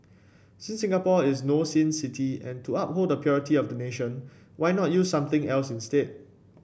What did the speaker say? since Singapore is no sin city and to uphold the purity of the nation why not use something else instead